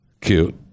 Cute